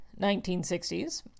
1960s